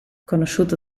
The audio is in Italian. conosciuto